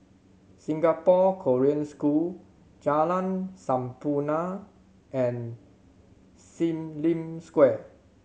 Singapore Korean School Jalan Sampurna and Sim Lim Square